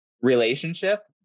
relationship